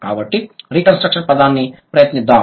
కాబట్టి రికన్స్ట్రక్షన్ పదాన్ని ప్రయత్నిద్దాం